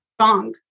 strong